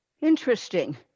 Interesting